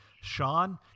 Sean